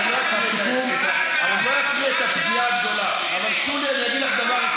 אני אגיד לך דבר אחד,